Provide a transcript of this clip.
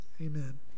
amen